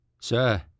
Sir